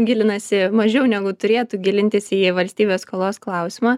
gilinasi mažiau negu turėtų gilintis į valstybės skolos klausimą